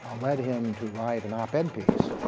led him to write an op ed piece